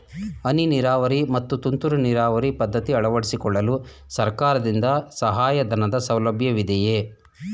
ಹನಿ ನೀರಾವರಿ ಮತ್ತು ತುಂತುರು ನೀರಾವರಿ ಪದ್ಧತಿ ಅಳವಡಿಸಿಕೊಳ್ಳಲು ಸರ್ಕಾರದಿಂದ ಸಹಾಯಧನದ ಸೌಲಭ್ಯವಿದೆಯೇ?